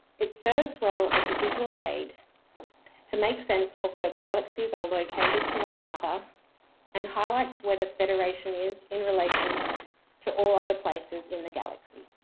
it serves well as a visual aid to make sense of where galaxies are located to one another and highlights where the federation is in relation to all other places in the galaxy.